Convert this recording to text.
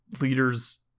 leaders